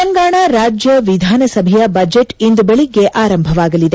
ತೆಲಂಗಾಣ ರಾಜ್ಯ ವಿಧಾನಸಭೆಯ ಬಜೆಟ್ ಇಂದು ಬೆಳಗ್ಗೆ ಆರಂಭವಾಗಲಿದೆ